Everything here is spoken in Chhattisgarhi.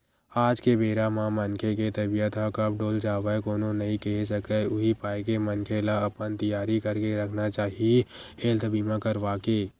आज के बेरा म मनखे के तबीयत ह कब डोल जावय कोनो नइ केहे सकय उही पाय के मनखे ल अपन तियारी करके रखना चाही हेल्थ बीमा करवाके